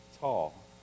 tall